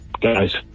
guys